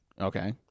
Okay